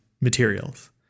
materials